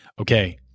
okay